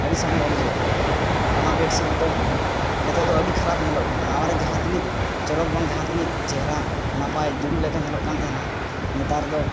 ᱟᱹᱰᱤ ᱥᱚᱸᱜᱮ ᱚᱲᱮᱡ ᱮᱱᱟ ᱚᱱᱟ ᱫᱚ ᱱᱤᱛᱚᱜ ᱫᱚ ᱟᱹᱰᱤ ᱠᱷᱟᱨᱟᱯ ᱧᱮᱞᱚᱜ ᱠᱟᱱᱟ ᱱᱟᱣᱟᱨᱮ ᱡᱟᱦᱟᱸ ᱛᱤᱱᱟᱹᱜ ᱪᱚᱨᱚᱠ ᱵᱟᱝ ᱡᱟᱦᱟᱸ ᱛᱤᱱᱟᱹᱜ ᱪᱮᱦᱨᱟ ᱱᱟᱯᱟᱭ ᱡᱩᱞᱩᱜ ᱞᱮᱠᱟ ᱧᱮᱞᱚᱜ ᱠᱟᱱ ᱛᱟᱦᱮᱱᱟ ᱱᱮᱛᱟᱨ ᱫᱚ